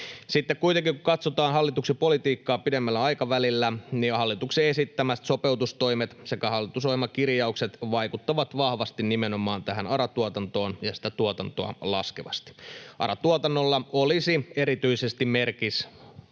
Sitten kuitenkin, kun katsotaan hallituksen politiikkaa pidemmällä aikavälillä, hallituksen esittämät sopeutustoimet sekä hallitusohjelmakirjaukset vaikuttavat vahvasti nimenomaan tähän ARA-tuotantoon ja tuotantoa laskevasti. ARA-tuotannolla olisi erityisesti merkitys